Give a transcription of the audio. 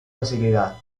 facilidad